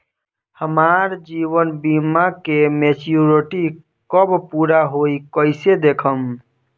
हमार जीवन बीमा के मेचीयोरिटी कब पूरा होई कईसे देखम्?